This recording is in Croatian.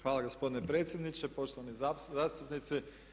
Hvala gospodine predsjedniče, poštovani zastupnici.